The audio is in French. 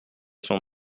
son